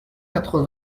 quatre